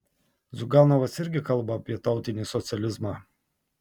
ziuganovas irgi kalba apie tautinį socializmą